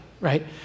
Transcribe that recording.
right